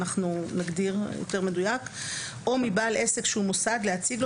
אנחנו נגדיר יותר מדויק - או מבעל עסק שהוא מוסד להציג לו